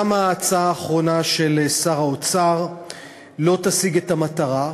גם ההצעה האחרונה של שר האוצר לא תשיג את המטרה.